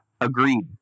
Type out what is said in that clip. Agreed